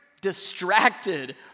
distracted